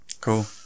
Cool